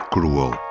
Cruel